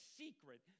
secret